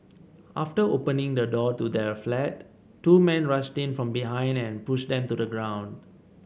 after opening the door to their flat two men rushed in from behind and pushed them to the ground